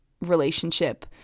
relationship